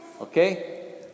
Okay